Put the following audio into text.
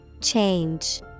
Change